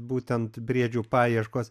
būtent briedžių paieškos